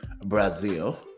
Brazil